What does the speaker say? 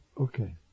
Okay